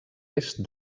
est